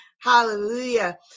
Hallelujah